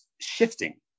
shifting